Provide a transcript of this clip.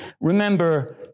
Remember